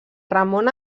ramon